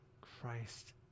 Christ